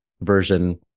version